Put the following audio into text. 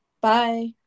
Bye